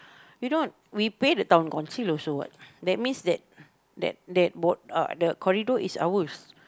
you know we pay the town council also what that's means that that what uh the corridor door is ours